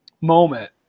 moment